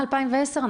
מ-2010?